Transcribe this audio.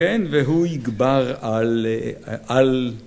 כן, והוא יגבר על...על...